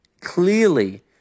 clearly